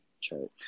Church